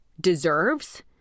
deserves